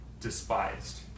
despised